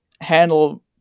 handle